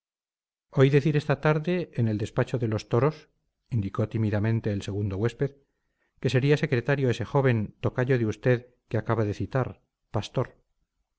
oí decir esta tarde en el despacho de los toros indicó tímidamente el segundo huésped que sería secretario ese joven tocayo de usted que acaba de citar pastor